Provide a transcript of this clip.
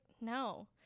No